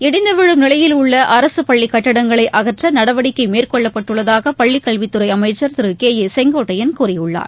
இடிந்து விழும் நிலையில் உள்ள அரசு பள்ளிக் கட்டிடங்களை அகற்ற நடவடிக்கை மேற்கொள்ளப்பட்டுள்ளதாக பள்ளி கல்வித் துறை அமைச்சர் திரு கே ஏ செங்கோட்டையள் கூறியுள்ளார்